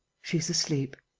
she's asleep.